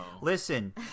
Listen